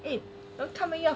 eh don't tell me you